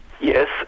yes